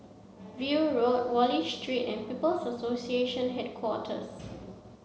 View Road Wallich Street and People's Association Headquarters